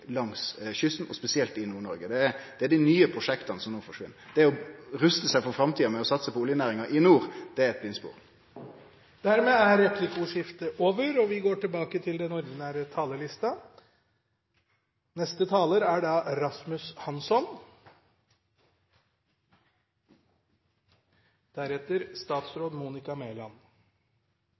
langs kysten og spesielt i Nord-Noreg. Det er dei nye prosjekta som forsvinn. Det å ruste seg for framtida ved å satse på oljenæringa i nord er eit blindspor. Replikkordskiftet er omme. Ifølge regjeringen skal Norge om drøyt 30 år være klimanøytralt og for lengst ha stanset tapet av biologisk mangfold. Det betyr et annerledes land, og